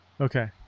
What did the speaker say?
Okay